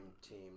team